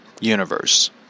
universe